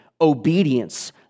obedience